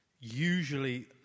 usually